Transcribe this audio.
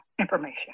information